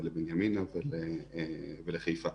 בנימינה ולחיפה.